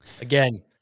again